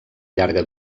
llarga